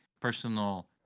personal